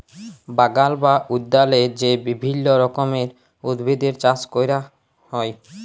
বাগাল বা উদ্যালে যে বিভিল্য রকমের উদ্ভিদের চাস ক্যরা হ্যয়